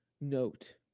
note